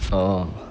orh